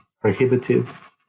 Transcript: prohibitive